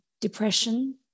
depression